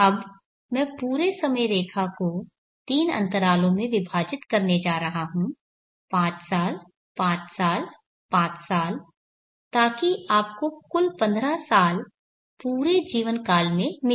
अब मैं पूरे समय रेखा को तीन अंतरालों में विभाजित करने जा रहा हूं पांच साल पांच साल पांच साल ताकि आपको कुल पंद्रह साल पूरे जीवन काल में मिलें